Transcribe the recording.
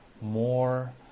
more